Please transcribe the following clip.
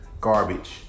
garbage